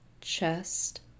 Chest